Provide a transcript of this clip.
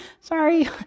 sorry